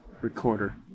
recorder